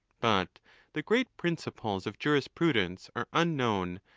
but the great principles of jurisprudence are unknown,